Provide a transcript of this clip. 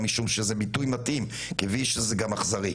משום שזה ביטוי מתאים כיvicious זה גם אכזרי.